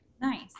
Nice